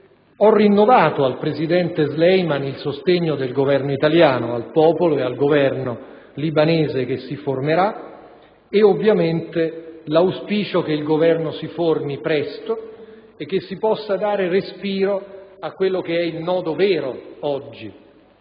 Ho rinnovato al presidente Sleiman il sostegno del Governo italiano al popolo e al Governo libanese e l'auspicio che il Governo si formi presto e che si possa dare respiro a quello che oggi è il nodo vero: